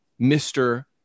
Mr